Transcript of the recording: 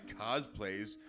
cosplays